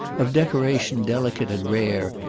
of decoration delicate and rare,